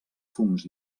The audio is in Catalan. fums